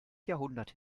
jahrhundert